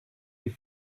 die